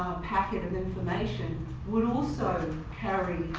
ah packet of information would also carry